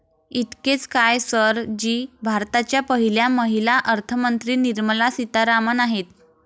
इतकेच काय, सर जी भारताच्या पहिल्या महिला अर्थमंत्री निर्मला सीतारामन आहेत